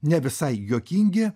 ne visai juokingi